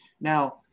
Now